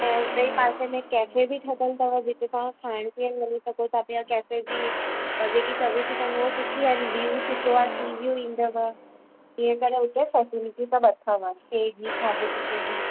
ऐं उते ई पासे में केफ़े बि ठहियल अथव जेके तव्हां खाइण पीअण वञी सघो था पिया केफ़े जी जेकी सर्विसिस आहिनि उहे सुठी आहिनि व्यू सुठो आहे सिवियूं ईंदव इन करे उते फ़ैसिलिटियूं सभ अथव स्टे जी खाधे पीते जी